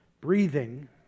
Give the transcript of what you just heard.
breathing